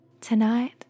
Tonight